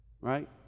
right